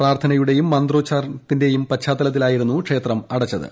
പ്രാർത്ഥനയുടെയും മന്ത്രോച്ചാരണത്തിന്റെയും പശ്ചാത്തലത്തിലായിരുന്നു ക്ഷേത്രം അടച്ചത്